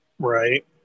Right